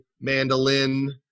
mandolin